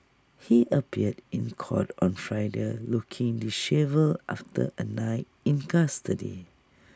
he appeared in court on Friday looking dishevelled after A night in custody